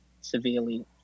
severely